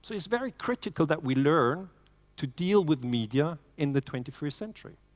so it's very critical that we learn to deal with media in the twenty first century.